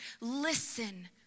Listen